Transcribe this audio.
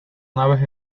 naves